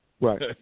Right